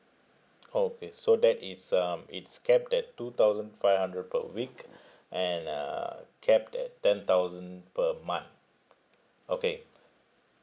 okay so that is um it's capped at two thousand five hundred per week and uh capped at ten thousand per month okay